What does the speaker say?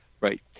Right